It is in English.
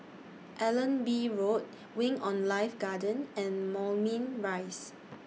Allenby Road Wing on Life Garden and Moulmein Rise